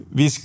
vi